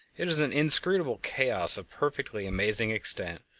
it is an inscrutable chaos of perfectly amazing extent,